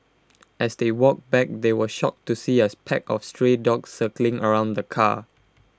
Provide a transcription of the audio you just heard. as they walked back they were shocked to see as pack of stray dogs circling around the car